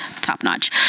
top-notch